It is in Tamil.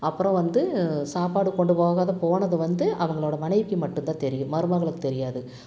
அப்றம் வந்து சாப்பாடு கொண்டு போகாம போனது வந்து அவங்களோடய மனைவிக்கு மட்டுந்தான் தெரியும் மருமகளுக்குத் தெரியாது